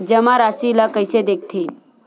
जमा राशि ला कइसे देखथे?